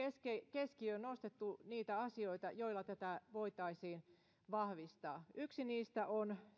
keskiöön nostettu niitä asioita joilla tätä voitaisiin vahvistaa yksi niistä on